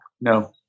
No